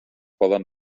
poden